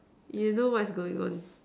you know what's going on